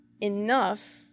enough